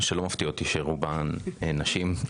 שלא מפתיע אותי שרוב המובילות של הדבר הזה הן נשים.